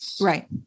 Right